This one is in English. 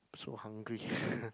so hungry